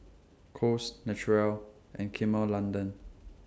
Kose Naturel and London